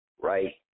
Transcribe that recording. right